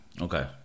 Okay